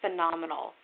phenomenal